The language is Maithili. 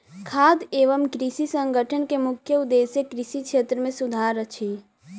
खाद्य एवं कृषि संगठन के मुख्य उदेश्य कृषि क्षेत्र मे सुधार अछि